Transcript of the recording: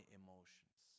emotions